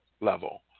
level